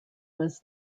was